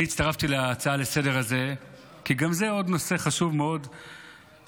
הצטרפתי להצעה הזו לסדר-היום כי זה עוד נושא חשוב מאוד שאתה,